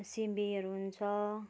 सिमीहरू हुन्छ